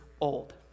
old